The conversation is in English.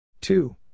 Two